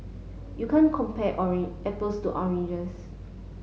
you can't compare apples to oranges